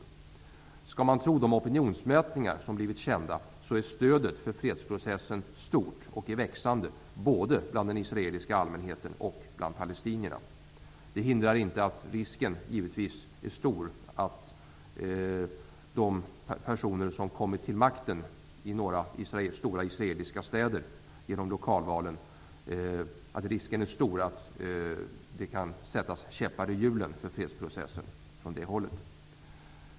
Om man skall tro de opinionsmätningar som har blivit kända är stödet för fredsprocessen stort och växande både bland den israeliska allmänheten och bland palestinierna. Detta hindrar givetvis inte att risken är stor att de personer som genom lokalvalen kommer till makten i stora israeliska städer kan sätta käppar i hjulet för fredsprocessen.